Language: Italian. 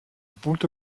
punto